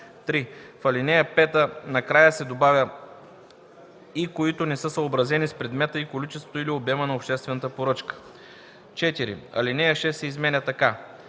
3. В ал. 5 накрая се добавя „и които не са съобразени с предмета и количеството или обема на обществената поръчка”. 4. Алинея 6 се изменя така: